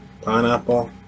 Pineapple